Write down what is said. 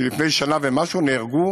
שלפני שנה ומשהו ונהרגו